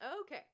Okay